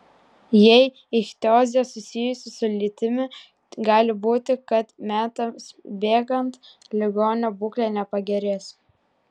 jei ichtiozė susijusi su lytimi gali būti kad metams bėgant ligonio būklė nepagerės